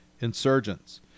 insurgents